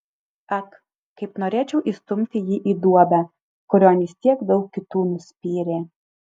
ak kaip norėčiau įstumti jį į duobę kurion jis tiek daug kitų nuspyrė